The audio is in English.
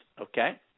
Okay